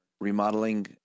remodeling